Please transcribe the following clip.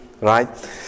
right